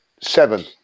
Seven